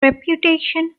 reputation